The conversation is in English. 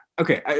okay